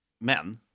men